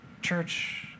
church